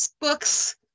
books